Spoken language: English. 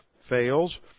fails